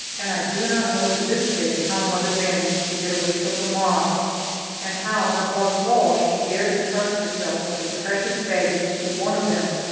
and i do not know to this day how mother managed to get away from the mob and how, above all, she dared to trust herself with her precious baggage to one of them.